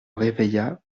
réveilla